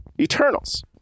Eternals